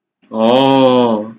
orh